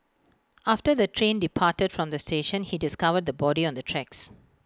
after the train departed from the station he discovered the body on the tracks